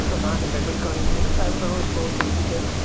त तव्हांखे पेमेंट करणी पवंदी न साहिबु पहिरों स्टोर ते अची करे